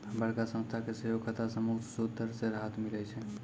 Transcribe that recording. बड़का संस्था के सेहो खतरा से मुक्त सूद दर से राहत मिलै छै